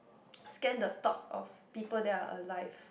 scan the thoughts of people that are alive